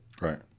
Right